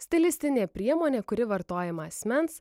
stilistinė priemonė kuri vartojama asmens